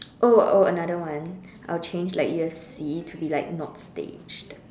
oh oh another one I'll change like U_F_C to be like not staged